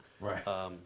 Right